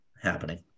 happening